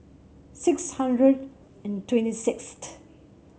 six hundred and twenty sixth